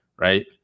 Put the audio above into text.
right